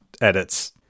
edits